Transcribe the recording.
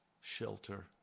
shelter